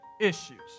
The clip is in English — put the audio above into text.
issues